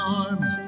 army